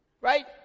right